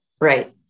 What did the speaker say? Right